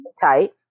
Tight